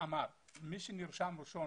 כך שמי שנרשם ראשון,